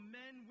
men